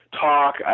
talk